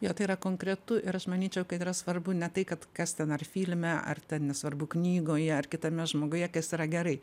jo tai yra konkretu ir aš manyčiau kad yra svarbu ne tai kad kas ten ar filme ar nesvarbu knygoje ar kitame žmoguje kas yra gerai